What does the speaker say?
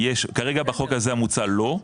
יש כרגע בחוק הזה המוצע לא,